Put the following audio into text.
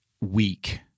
weak